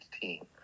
team